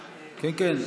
כן, כן.